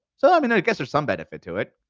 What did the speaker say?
so i mean, i guess there's some benefit to it,